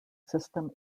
system